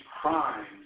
crimes